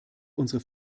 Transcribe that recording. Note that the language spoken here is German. unsere